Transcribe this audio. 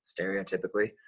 stereotypically